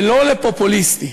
ולא לפופוליסטי.